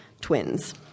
Twins